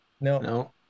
no